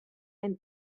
and